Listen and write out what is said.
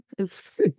oops